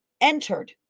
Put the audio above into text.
entered